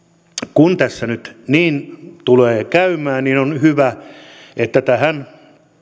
kun tässä nyt niin tulee käymään niin me totta kai tarvitsemme tähän